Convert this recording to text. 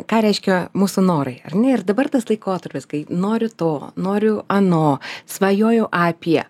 ką reiškia mūsų norai ar ne ir dabar tas laikotarpis kai noriu to noriu ano svajoju apie